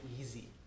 easy